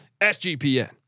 SGPN